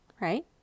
right